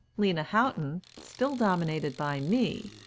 lena houghton, still dominated by me,